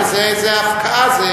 זה הפקעה.